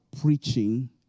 preaching